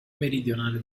meridionale